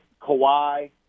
Kawhi